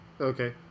Okay